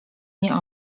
mnie